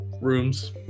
rooms